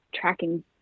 tracking